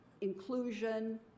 inclusion